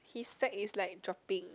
his sack is like dropping